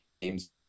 games